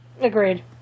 Agreed